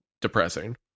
depressing